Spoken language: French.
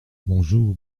bonjou